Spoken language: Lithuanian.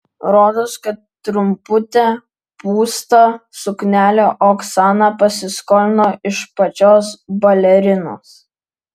rodos kad trumputę pūstą suknelę oksana pasiskolino iš pačios balerinos